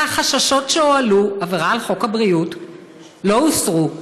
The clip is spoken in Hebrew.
והחששות שהועלו לעבירה על חוק הבריאות לא הוסרו.